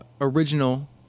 original